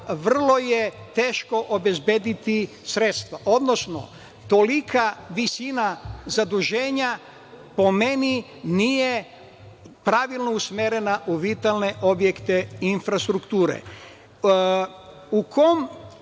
vrlo je teško obezbedi sredstva. Odnosno, tolika visina zaduženja po meni nije pravilno usmerena u vitalne objekte infrastrukture.U kom